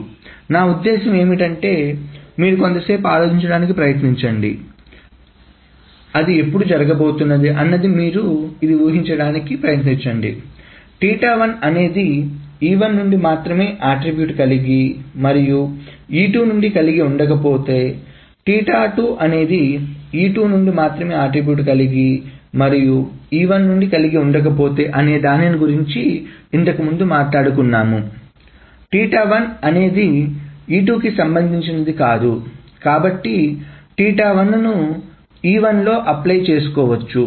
మరియు నా ఉద్దేశ్యం ఏమిటంటే మీరు కొంతసేపు ఆలోచించడానికి ప్రయత్నించండి ఎందుకు అది ఎప్పుడు జరగబోతోంది అన్నది మీరు ఇది ఊహించడానికి ప్రయత్నించింది అనేది E1 నుండి మాత్రమే అట్రిబ్యూట్ కలిగి మరియు E2 నుండి కలిగి ఉండకపోతే మరియు అనేది E2 నుండి మాత్రమే అట్రిబ్యూట్ కలిగి మరియు E1 నుండి కలిగి ఉండకపోతే అనేదాని గురించి ఇంతకుముందు మాట్లాడుకున్నాము అనేది E2కు సంబంధించింది కాదు కాబట్టి ను E1 లో అప్లై చేసుకోవచ్చు